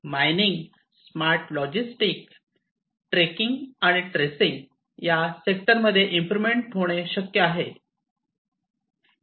mining smart logistic tracking आणि tracing या सेक्टरमध्ये इम्प्रोवमेंट होणे शक्य आहे